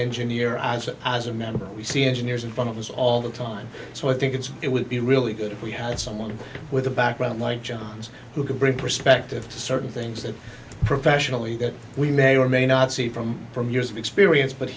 engineer i said as a member we see engineers in front of us all the time so i think it's it would be really good if we had someone with a background like joe johns who can bring perspective to certain things that professionally that we may or may not see from from years of experience but